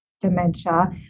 dementia